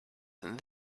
than